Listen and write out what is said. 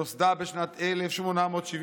שנוסדה בשנת 1871,